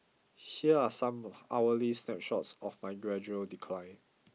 here are some hourly snapshots of my gradual decline